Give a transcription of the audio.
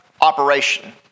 operation